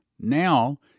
Now